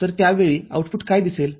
तर त्या वेळी आउटपुट काय असेल